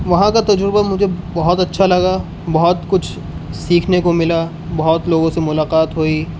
وہاں کا تجربہ مجھے بہت اچھا لگا بہت کچھ سیکھنے کو ملا بہت لوگوں سے ملاقات ہوئی